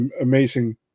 amazing